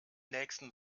nächsten